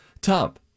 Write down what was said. tub